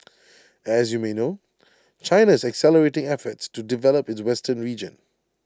as you may know China is accelerating efforts to develop its western region